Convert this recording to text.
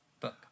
book